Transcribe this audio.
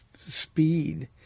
speed